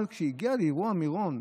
אבל כשהגיע לאירוע מירון,